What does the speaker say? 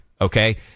okay